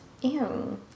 Ew